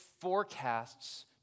forecasts